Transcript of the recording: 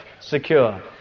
secure